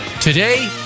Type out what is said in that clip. Today